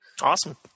awesome